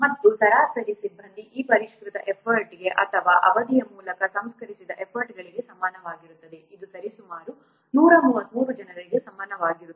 ಮತ್ತು ಈ ಸರಾಸರಿ ಸಿಬ್ಬಂದಿ ಈ ಪರಿಷ್ಕೃತ ಎಫರ್ಟ್ಗೆ ಅಥವಾ ಈ ಅವಧಿಯ ಮೂಲಕ ಸಂಸ್ಕರಿಸಿದ ಎಫರ್ಟ್ಗಳಿಗೆ ಸಮನಾಗಿರುತ್ತದೆ ಇದು ಸರಿಸುಮಾರು 133 ಜನರಿಗೆ ಸಮಾನವಾಗಿರುತ್ತದೆ